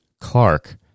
Clark